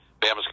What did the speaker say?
Bama's